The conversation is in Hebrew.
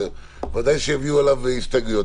ודאי שיביאו עליו הסתייגויות.